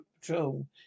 patrol